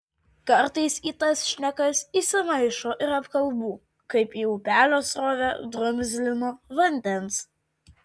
kartais į tas šnekas įsimaišo ir apkalbų kaip į upelio srovę drumzlino vandens